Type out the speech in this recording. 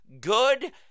good